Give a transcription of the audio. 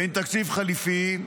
באין תקציב חליפי,